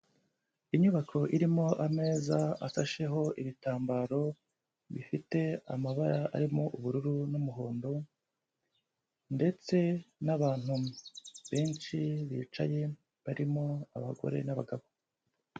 Inyubako irimo ameza afasheho ibitambaro bifite amabara arimo ubururu n'umuhondo ndetse n'abantu benshi bicaye barimo abagore n'abagabo.